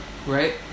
Right